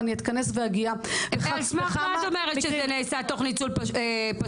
ואני אגיע --- על סמך מה את אומרת שזה נעשה תוך ניצול פסול?